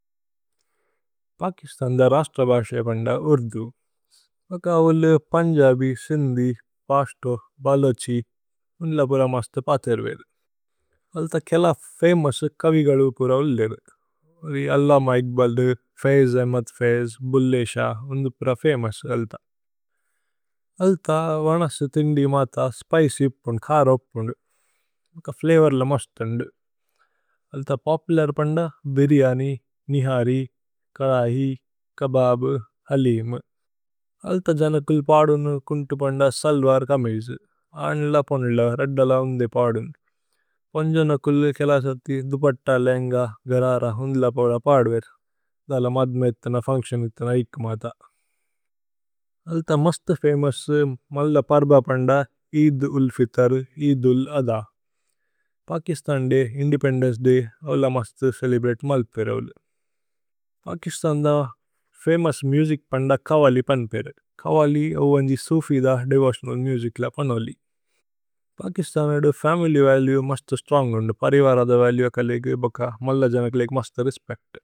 പകിസ്തന് ദ രശ്തബശേ പന്ദ ഉര്ദു ഓക ഉല്ലു। പുന്ജബി, സിന്ധി, പശ്തോ, ഭലോഛി ഉന്ല പുര। മസ്തു പതേരു വേദു അല്ത കേല ഫമോഉസു കവിഗലു। പുര ഉല്ലിരു ഉല്ലി അല്ലമ ഇക്ബല് ദു ഫൈജ് അഹ്മേദ്। ഫൈജ് ഭുല്ലേഹ് ശഹ് ഉന്ദു പുര ഫമോഉസു അല്ത അല്ത। വനസു ഥിന്ദി മത സ്പിച്യ് ഉപുന്ദു കര ഉപുന്ദു। ഓക ഫ്ലവോര്ല മസ്തു ഥുന്ദു അല്ത പോപുലര് പന്ദ। ബിര്യനി, നിഹരി, കരഹി, കബബ്, ഹലീമ് അല്ത। ജനകുല് പാദുനു കുന്തു പന്ദ സല്വര് കമീജു। അന്ല പോന്ദുല രദ്ദല ഉന്ദേ പാദുന് പോന്ജനകുല്। കേല സതി ദുപത്ത, ലേന്ഗ, ഗരര, ഉന്ദുല പുര। പാദ്വേര് ദല മദ്മേത്തന ഫുന്ക്സിഓനേത്തന ഇക്ക്। മത അല്ത മസ്തു ഫമോഉസു മല്ല പര്ബ പന്ദ Eid. Ul Fitr Eid ul Adha Pakistan day independence. Day അല്ല മസ്തു ചേലേബ്രതേ മല്ലപേര ഉല്ലു പകിസ്തന്। ദ ഫമോഉസ് മുസിച് പന്ദ കവ്വലി പന്ദപേര ഉല്ലു। കവ്വലി അവന്ജി സുഫി ദ ദേവോതിഓനല് മുസിച്ല പന്നു। ഉല്ലി പകിസ്തന് ഏദു ഫമില്യ് വലുഏ മസ്തു സ്ത്രോന്ഗ്। ഉന്ദു പരിവര ദ വലുഏ അകലേഗി ബക്ക മല്ല। ജനകുലേഗി മസ്തു രേസ്പേച്ത്।